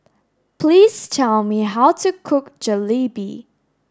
please tell me how to cook Jalebi